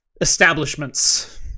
establishments